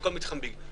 לכל מתחם ביג.